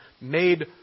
made